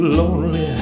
lonely